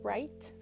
Right